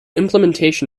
implementation